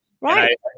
Right